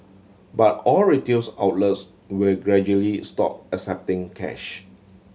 but all retails outlets will gradually stop accepting cash